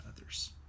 others